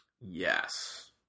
Yes